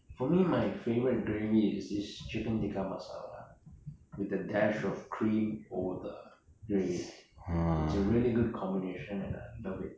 for me my favorite gravy is the chicken tikka masala with a dash of cream over the gravy a really good combination and I love it